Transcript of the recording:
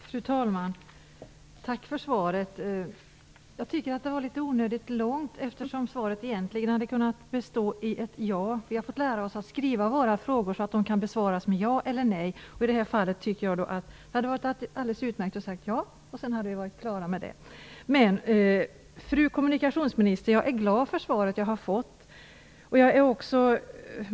Fru talman! Tack för svaret! Jag tycker att det var litet onödigt långt. Det hade egentligen kunnat bestå i ett "ja". Vi har fått lära oss att skriva våra frågor så att de kan besvaras med "ja" eller "nej". I detta fall tycker jag att det hade gått alldeles utmärkt att säga "ja", och sedan hade vi varit klara med frågan. Men jag är glad för svaret jag har fått, fru kommunikationsminister.